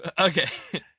Okay